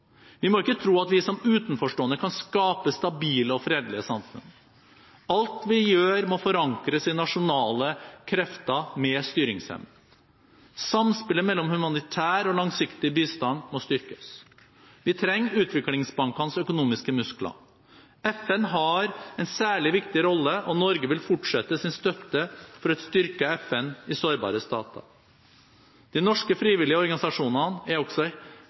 Vi må ikke tro at vi som utenforstående kan skape stabile og fredelige samfunn. Alt vi gjør, må forankres i nasjonale krefter med styringsevne. Samspillet mellom humanitær og langsiktig bistand må styrkes. Vi trenger utviklingsbankenes økonomiske muskler. FN har en særlig viktig rolle, og Norge vil fortsette sin støtte for et styrket FN i sårbare stater. De norske frivillige organisasjonene er også